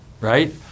right